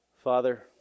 Father